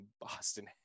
Boston